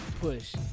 push